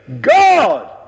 God